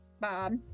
Bob